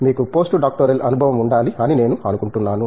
మీకు పోస్ట్డాక్టోరల్ అనుభవం ఉండాలి అని నేను అనుకుంటున్నాను